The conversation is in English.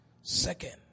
second